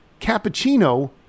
cappuccino